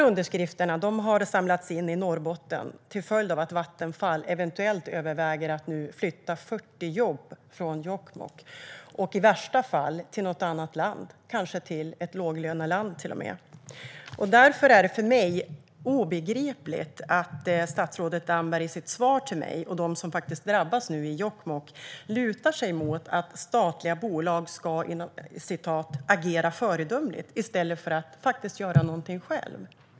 Underskrifterna har samlats in i Norrbotten till följd av att Vattenfall överväger att eventuellt flytta 40 jobb från Jokkmokk och i värsta fall till ett annat land, kanske till och med ett låglöneland. Därför är det för mig obegripligt att statsrådet Damberg i sitt svar till mig och till de som nu drabbas i Jokkmokk lutar sig mot att statliga bolag "ska agera föredömligt" i stället för att göra någonting själv.